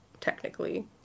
technically